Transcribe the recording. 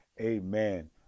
Amen